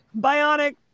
bionic